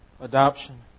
adoption